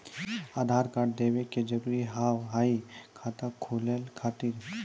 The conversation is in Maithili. आधार कार्ड देवे के जरूरी हाव हई खाता खुलाए खातिर?